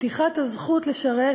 פתיחת הזכות לשרת